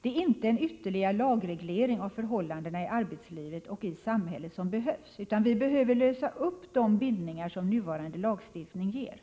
Det är inte en ytterligare lagreglering av förhållandena i arbetslivet och i samhället som behövs, utan vi behöver lösa upp de bindningar som nuvarande lagstiftning ger.